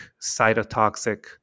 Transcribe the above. cytotoxic